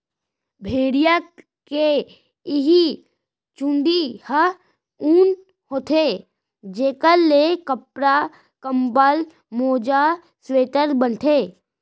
भेड़िया के इहीं चूंदी ह ऊन होथे जेखर ले कपड़ा, कंबल, मोजा, स्वेटर बनथे